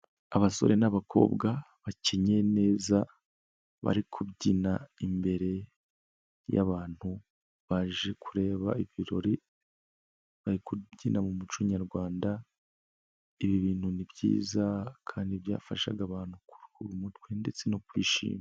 Abasore n'abakobwa bakenyeye neza bari kubyina imbere y'abantu baje kureba ibirori, bari kubyina mu muco nyarwanda, ibi bintu ni byiza kandi byafashaga abantu kuruhura mu mutwe ndetse no kwishima.